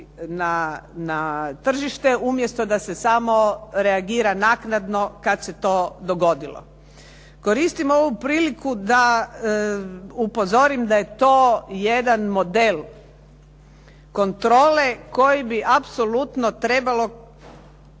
na tržište umjesto da se samo reagira naknadno kad se to dogodilo. Koristim ovu priliku da upozorim da je to jedan model kontrole koji bi apsolutno trebalo